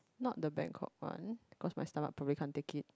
not the Bangkok one cause my stomach probably can't take it